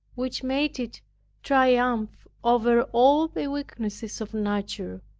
which made it triumph over all the weaknesses of nature,